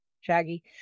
Shaggy